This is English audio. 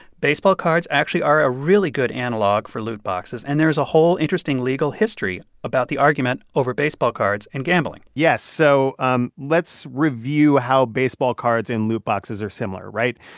baseball cards actually are a really good analog for loot boxes, and there is a whole interesting legal history about the argument over baseball cards and gambling yeah, so um let's review how baseball cards and loot boxes are similar, right?